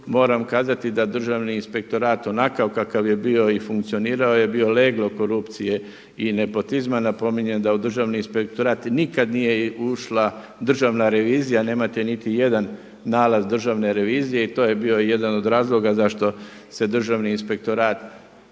Moram kazati da Državni inspektorat onakav kakav je bio i funkcionirao je, je bio leglo korupcije i nepotizma. Napominjem da u Državni inspektorat nikad nije ušla Državna revizija. Nemate niti jedan nalaz Državne revizije i to je bio jedan od razloga zašto se Državni inspektorat